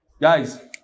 Guys